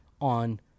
on